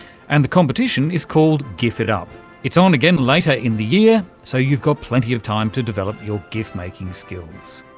and the competition is called gifitup and it's on again later in the year, so you've got plenty of time to develop your gif making skills.